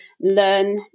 learn